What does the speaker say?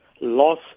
loss